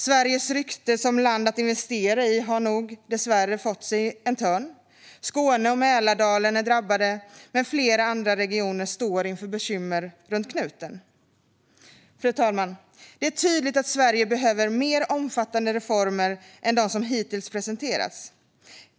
Sveriges rykte som ett land att investera i har nog dessvärre fått sig en törn. Skåne och Mälardalen är drabbade, och fler andra regioner står inför bekymmer runt knuten. Fru talman! Det är tydligt att Sverige behöver mer omfattande reformer än de som hittills presenterats.